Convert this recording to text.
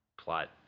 plot